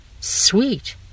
Sweet